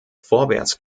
vorwärts